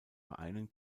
vereinen